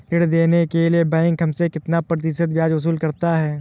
ऋण देने के लिए बैंक हमसे कितना प्रतिशत ब्याज वसूल करता है?